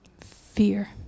Fear